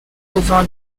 devant